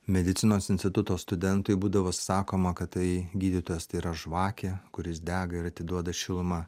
medicinos instituto studentui būdavo sakoma kad tai gydytojas tai yra žvakė kuris dega ir atiduoda šilumą